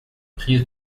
prise